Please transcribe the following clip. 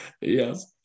Yes